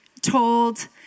told